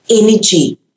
energy